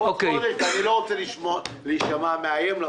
ואני לא רוצה להישמע מאיים.